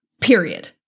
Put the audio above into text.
period